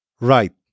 Right